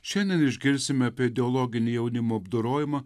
šiandien išgirsime apie ideologinį jaunimo apdorojimą